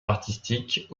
artistique